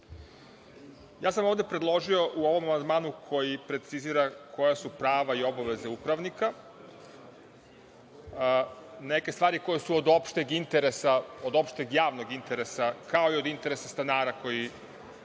sam predložio u ovom amandmanu, koji precizira koja su prava i obaveze upravnika, neke stvari koje su od opšteg interesa, od opšteg javnog interesa, kao i interesa stanara koji